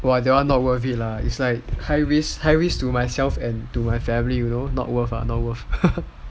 !wah! that one not worth it lah it's like high risk to myself and to my family you know not worth ah not worth